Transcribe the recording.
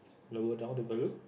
lower down the volume